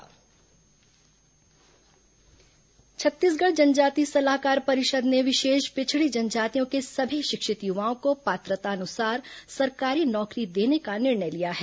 जनजाति सलाहकार परिषद बैठक छत्तीसगढ़ जनजाति सलाहकार परिषद ने विशेष पिछड़ी जनजातियों के सभी शिक्षित युवाओं को पात्रतानुसार सरकारी नौकरी देने का निर्णय लिया है